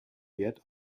wert